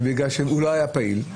ובגלל שהוא לא היה פעיל.